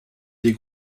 des